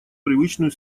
привычную